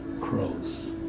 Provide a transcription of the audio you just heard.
crows